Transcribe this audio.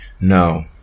No